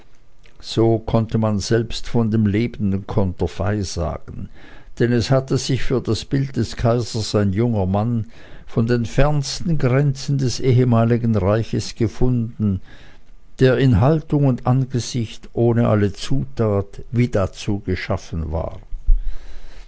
so konnte man selbst von dem lebenden konterfei sagen denn es hatte sich für das bild des kaisers ein junger maler von den fernsten grenzen des ehemaligen reiches gefunden der in haltung und angesicht ohne alle zutat wie dazu geschaffen war